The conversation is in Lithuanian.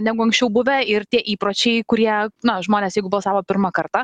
negu anksčiau buvę ir tie įpročiai kurie na žmonės jeigu balsavo pirmą kartą